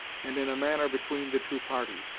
and in a manner between the two parties,